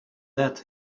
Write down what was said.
that